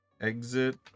Exit